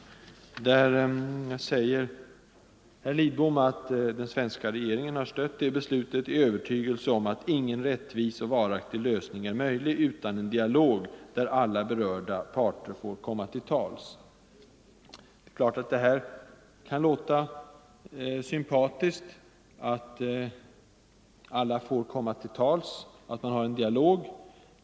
På den punkten säger herr Lidbom att den svenska regeringen har stött det beslutet i övertygelse om att ingen rättvis och varaktig lösning är möjlig utan en dialog där alla berörda parter får komma till tals. Det är klart att det här kan låta sympatiskt: att alla får komma till tals, att man har en dialog.